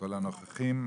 לכל הנוכחים,